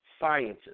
Scientists